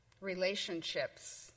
relationships